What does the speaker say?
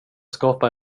skapa